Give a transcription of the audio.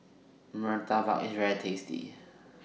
Murtabak IS very tasty